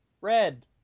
red